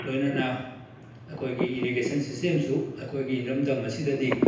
ꯂꯣꯏꯅꯅ ꯑꯩꯈꯣꯏꯒꯤ ꯏꯔꯤꯒꯦꯁꯟ ꯁꯤꯁꯇꯦꯝꯁꯨ ꯑꯩꯈꯣꯏꯒꯤ ꯏꯔꯝꯗꯝ ꯑꯁꯤꯗꯗꯤ